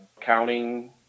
counting